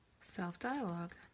self-dialogue